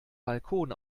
balkon